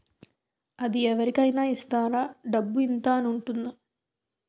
అది అవరి కేనా ఇస్తారా? డబ్బు ఇంత అని ఉంటుందా?